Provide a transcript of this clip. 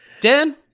dan